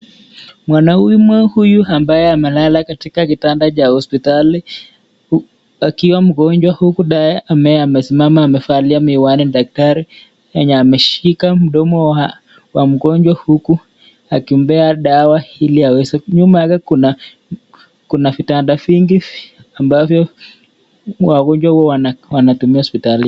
Mwanaume huyu ambaye amelala katika kitanda cha hospitali akiwa mgonjwa huku naye ambaye amesimama amevalia miwani ni daktari. Ameshika mdomo wa mgonjwa huku akimpea dawa ili aweze. Nyuma yake kuna vitanda vingi ambavyo wagonjwa hutumia hospitalini.